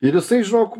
ir jisai žinok